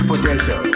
Potato